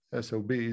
sobs